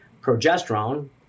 progesterone